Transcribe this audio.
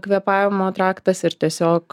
kvėpavimo traktas ir tiesiog